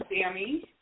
Sammy